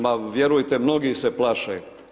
Ma vjerujte mnogi se plaše.